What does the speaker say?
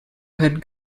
had